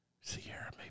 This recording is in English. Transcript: Sierra